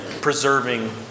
preserving